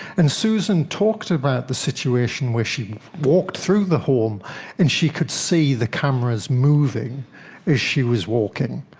and susan talked about the situation where she walked through the home and she could see the cameras moving as she was walking,